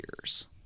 years